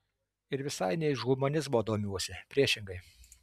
ir visai ne iš humanizmo domiuosi priešingai